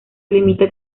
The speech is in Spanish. limita